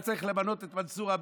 היה צריך למנות את מנסור,